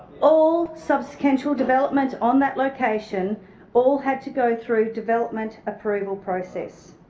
all substantial development on that location all had to go through development approval process.